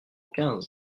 quinze